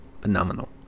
phenomenal